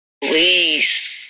Please